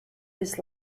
his